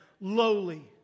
lowly